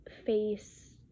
face